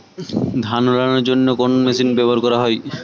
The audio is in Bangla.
ধান উড়ানোর জন্য কোন মেশিন ব্যবহার করা হয়?